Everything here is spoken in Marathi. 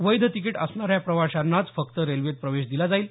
वैध तिकिट असणाऱ्या प्रवाशांनांचं फक्त रेल्वेत प्रवेश दिला जाईल